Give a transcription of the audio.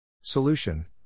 Solution